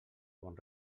bon